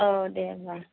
औ दे होमब्ला